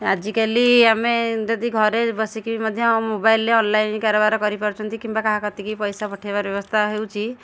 ଆଜିକାଲି ଆମେ ଯଦି ଘରେ ବସିକି ମଧ୍ୟ ମୋବାଇଲ୍ରେ ଅଲ୍ଲାଇନ୍ କାରବାର କରିପାରୁଛନ୍ତି କିମ୍ବା କାହା କତିକି ପଇସା ପଠେଇବାର ବ୍ୟବସ୍ଥା ହେଉଛି